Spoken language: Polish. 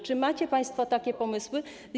Czy macie państwo takie pomysły?